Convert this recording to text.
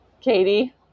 Katie